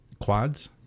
quads